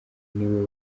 niwe